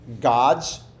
God's